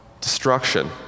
destruction